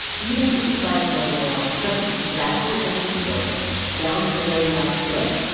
even if we decide to build the world just exactly as we've built it down to the very last brick,